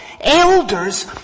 elders